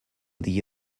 the